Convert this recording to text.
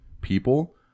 people